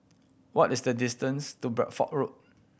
what is the distance to Bedford Road